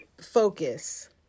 focus